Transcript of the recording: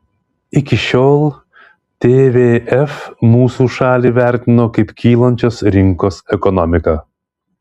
iki šiol tvf mūsų šalį vertino kaip kylančios rinkos ekonomiką